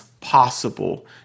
possible